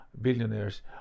billionaires